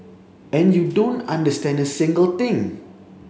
and you don't understand a single thing